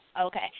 Okay